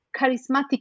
charismatic